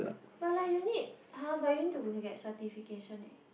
but like you need !huh! but you need to get certification eh